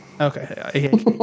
Okay